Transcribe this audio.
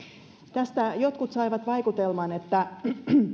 tästä jotkut saivat vaikutelman että